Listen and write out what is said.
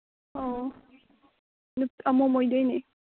ꯑꯣ ꯑꯃꯣꯝ ꯑꯣꯏꯗꯣꯏꯅꯤ